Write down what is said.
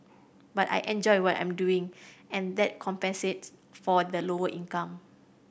but I enjoy what I'm doing and that compensates for the lower income